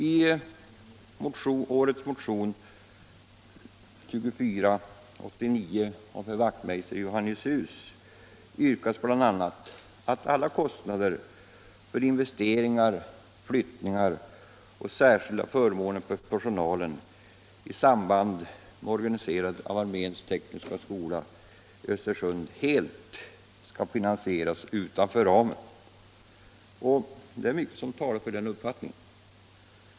I motionen 1975/76:2489 av herr Wachtmeister i Johannishus yrkas bl.a. att alla kostnader för investeringar, flyttningar och särskilda förmåner för personalen i samband med organiserandet av arméns tekniska skola i Östersund helt skall finansieras utanför ramen. Det är mycket som talar för den uppfattningen.